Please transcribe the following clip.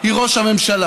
היא ראש הממשלה.